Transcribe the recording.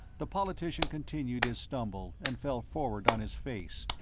the politician continued his stumble and fell forward on his face,